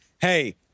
Hey